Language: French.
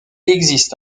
existe